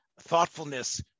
thoughtfulness